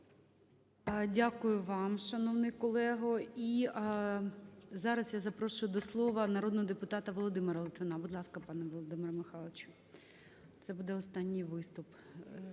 Дякую вам, шановний колего. І зараз я запрошую до слова народного депутата Володимира Литвина. Будь ласка, пане Володимир Михайлович. Це буде останній виступ